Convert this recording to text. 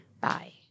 bye